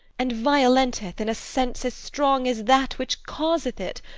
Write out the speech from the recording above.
and violenteth in a sense as strong as that which causeth it.